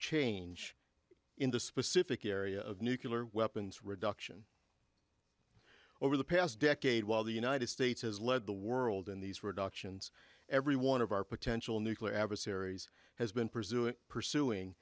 change in the specific area of nucular weapons reduction over the past decade while the united states has led the world in these reductions every one of our potential nuclear adversaries has been pursuing pursuing